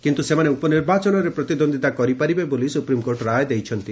କିନ୍ତୁ ସେମାନେ ଉପନିର୍ବାଚନରେ ପ୍ରତିଦ୍ୱନ୍ଦ୍ୱିତା କରିପାରିବେ ବୋଲି ସୁପ୍ରିମ୍କୋର୍ଟ ରାୟ ଦେଇଛନ୍ତି